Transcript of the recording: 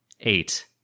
Eight